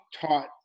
taught